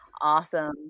Awesome